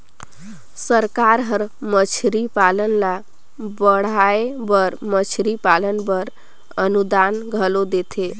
सरकार हर मछरी पालन ल बढ़ाए बर मछरी पालन बर अनुदान घलो देथे